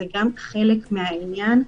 זה גם חלק מהעניין.